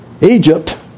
Egypt